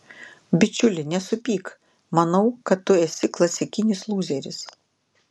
bičiuli nesupyk manau kad tu esi klasikinis lūzeris